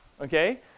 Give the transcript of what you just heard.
okay